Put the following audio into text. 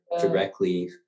directly